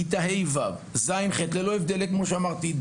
בכיתה ה׳, ו׳, ז׳, ו-ח׳, ללא הבדלי דת,